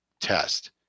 test